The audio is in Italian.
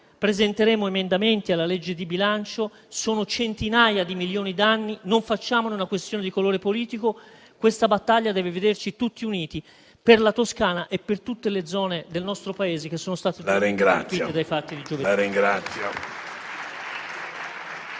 presenteremo emendamenti al disegno di legge di bilancio. Si tratta di centinaia di milioni di danni, non facciamone una questione di colore politico: questa battaglia deve vederci tutti uniti per la Toscana e per tutte le zone del nostro Paese che sono state colpite dai fatti di giovedì